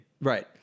Right